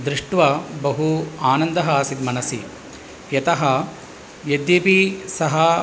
दृष्ट्वा बहु आनन्दः आसित् मनसि यतः यद्यपि सः